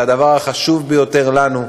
הם הדבר החשוב ביותר לנו,